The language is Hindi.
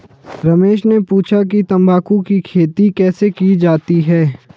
रमेश ने पूछा कि तंबाकू की खेती कैसे की जाती है?